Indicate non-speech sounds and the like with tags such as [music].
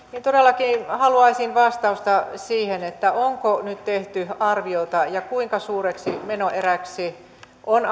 todellakin haluaisin vastausta siihen onko nyt tehty arviota ja kuinka suureksi menoeräksi on [unintelligible]